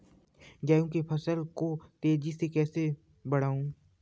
गेहूँ की फसल को तेजी से कैसे बढ़ाऊँ?